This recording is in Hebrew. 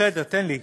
בסדר, תן לי.